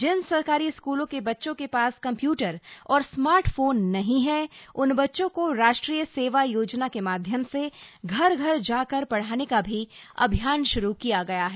जिन सरकारी स्कूलों के बच्चों के पास कंप्यूटर और स्मार्टफोन नहीं है उन बच्चों को राष्ट्रीय सेवा योजना के माध्यम से घर घर जाकर पढ़ाने का भी अभियान श्रू किया गया है